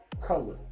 color